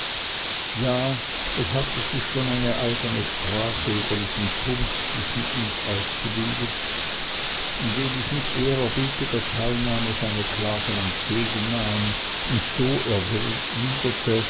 ja es hatte sich schon eine eigene sprache über diesen punkt zwischen uns ausgebildet indem ich mit ehrerbietiger teilnahme seine klagen entgegennahm und so